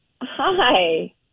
Hi